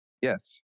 yes